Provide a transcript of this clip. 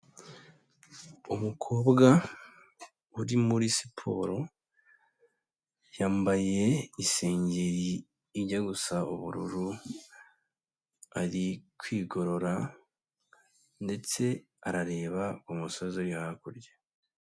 Umukobwa uri muri siporo yambaye isengeri ijya gusa ubururu, ari kwigorora ndetse arareba umusozi uri hakurya.